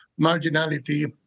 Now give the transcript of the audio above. marginality